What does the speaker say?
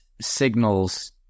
signals